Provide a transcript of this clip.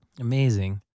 Amazing